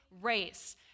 race